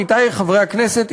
עמיתי חברי הכנסת,